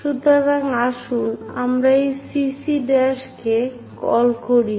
সুতরাং আসুন আমরা এই CC' কে কল করি